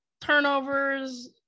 turnovers